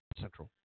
Central